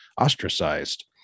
ostracized